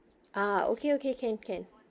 ah okay okay can can